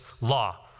Law